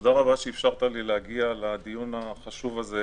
תודה רבה שאפשרת לי להגיע לדיון החשוב הזה.